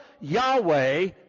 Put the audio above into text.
Yahweh